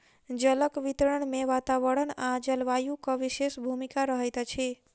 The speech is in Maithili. जलक वितरण मे वातावरण आ जलवायुक विशेष भूमिका रहैत अछि